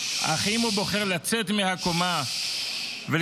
אך אם הוא בוחר לצאת מהקומה ולצרוך